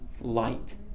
light